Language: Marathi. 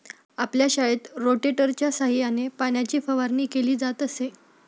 आपल्या शाळेत रोटेटरच्या सहाय्याने पाण्याची फवारणी केली जात असे